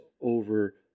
over